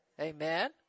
Amen